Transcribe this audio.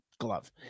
glove